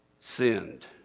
sinned